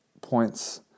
points